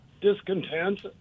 discontent